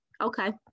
Okay